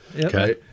Okay